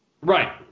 Right